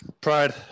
Pride